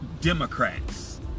Democrats